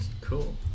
cool